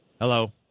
Hello